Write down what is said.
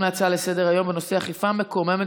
אנחנו עוברים להצעות לסדר-היום בנושא: אכיפה מקוממת